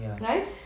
right